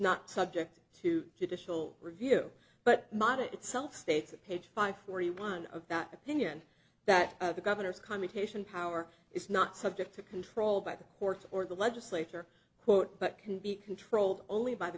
not subject to judicial review but moderate itself states at page five forty one of that opinion that the governor's commutation power is not subject to control by the courts or the legislature quote but can be controlled only by the